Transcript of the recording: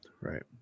right